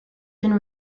been